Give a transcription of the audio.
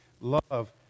love